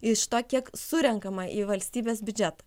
iš to kiek surenkama į valstybės biudžetą